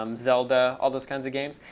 um zelda, all those kinds of games.